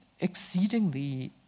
exceedingly